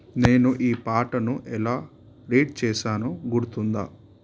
నేను ఈ పాటను ఎలా రీడ్ చేశానో గుర్తుందా